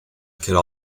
could